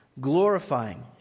glorifying